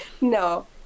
No